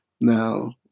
Now